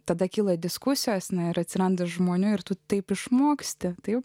tada kyla diskusijos ir atsiranda žmonių ir tu taip išmoksti taip